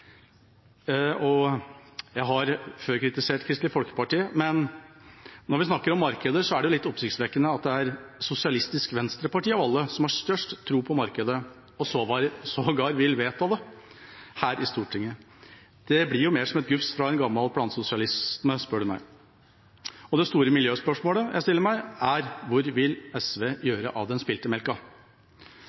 Jeg har før kritisert Kristelig Folkeparti, men når vi snakker om markeder, er det litt oppsiktsvekkende at det er Sosialistisk Venstreparti av alle som har størst tro på markedet, og sågar vil vedta det her i Stortinget. Det blir jo mer som et gufs fra en gammel plansosialisme, spør du meg. Det store miljøspørsmålet jeg stiller meg, er: Hvor vil SV gjøre av den spilte melka?